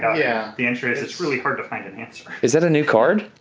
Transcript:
yeah yeah the answer. it's it's really hard to find an answer. is that a new card?